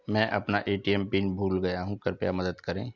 मैं अपना ATM pin भूल गया हूँ कृपया मदद करें